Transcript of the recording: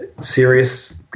serious